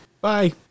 bye